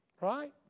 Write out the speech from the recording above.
Right